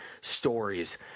stories